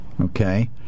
Okay